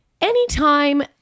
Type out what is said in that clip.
Anytime